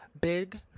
Big